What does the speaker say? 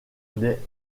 des